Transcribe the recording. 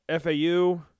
FAU –